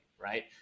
right